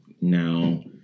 now